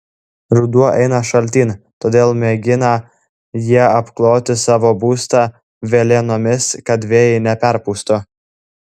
ruduo eina šaltyn todėl mėgina jie apkloti savo būstą velėnomis kad vėjai neperpūstų